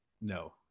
no